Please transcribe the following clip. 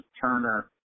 Turner